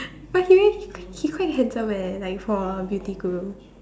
but he really he quite handsome eh like for a beauty guru